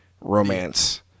Romance